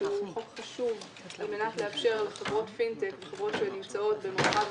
שהוא חוק חשוב על מנת לאפשר לחברות פינטק וחברות שנמצאות במרחב